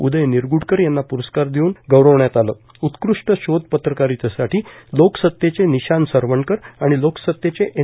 उदय निरग्डकर यांना प्रस्कार देऊन गौरविण्यात आलंत्र उत्कृष्ट शोध पत्रकारितेसाठी लोकसत्तेचे निशांत सरवणकर आणि लेकसत्तेचे एन